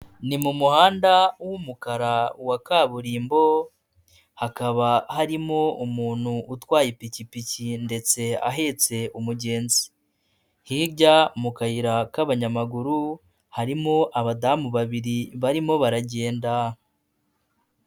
Ni mu muhanda w'umukara wa kaburimbo ,hakaba harimo umuntu utwaye ipikipiki ndetse ahetse umugenzi. Hirya mu kayira k'abanyamaguru harimo abadamu babiri barimo baragenda.